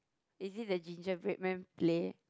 is it the gingerbread man play